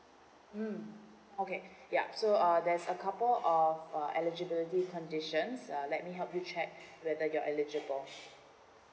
mm okay yup so uh there's a couple of uh eligibility conditions uh let me help you check whether you're eligible